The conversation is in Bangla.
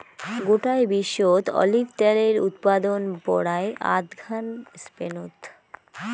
গোটায় বিশ্বত অলিভ ত্যালের উৎপাদন পরায় আধঘান স্পেনত